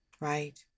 Right